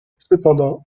cependant